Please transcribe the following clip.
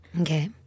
Okay